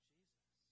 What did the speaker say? Jesus